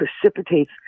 precipitates